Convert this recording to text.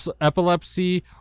Epilepsy